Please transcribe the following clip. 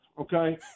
okay